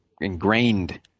ingrained